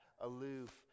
aloof